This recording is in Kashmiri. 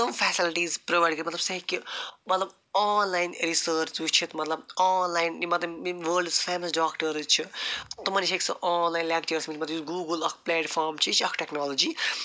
تِم فٮ۪سَلٹیٖز پرٛووایِڈ مطلب سُہ ہیٚکہِ مطلب آن لایِن ریٖسٲرٕچ وٕچھِتھ مطلب آن لایِن یِم مطلب یِم وٲلڈٕس فیمس ڈاکٹٲرٕس چھِ تِمَن نِش ہیٚکہِ سُہ آن لایِن لٮ۪کچٲرٕس مطلب یُس گوٗگل اَکھ پٔلیٹفارَم چھِ یہِ چھِ اکھ ٹٮ۪کنالجی